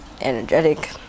energetic